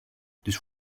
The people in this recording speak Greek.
της